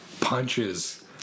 punches